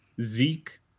Zeke